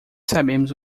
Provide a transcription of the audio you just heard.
sabemos